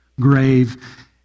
grave